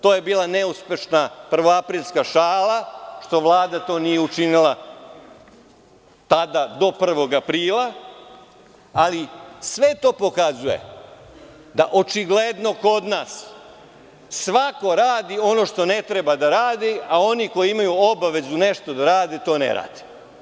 To je bila neuspešna prvoaprilska šala, što Vlada to nije učinila tada do 1. aprila, ali sve to pokazuje da očigledno kod nas svako radi ono što ne treba da radi, a oni koji imaju obavezu nešto da rade, to ne rade.